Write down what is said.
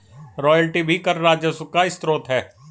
royalty भी कर राजस्व का स्रोत है